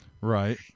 Right